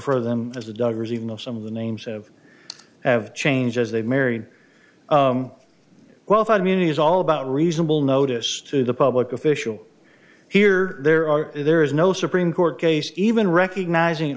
for them as the dogs even though some of the names of have changed as they married well i mean it is all about reasonable notice to the public official here there are there is no supreme court case even recognizing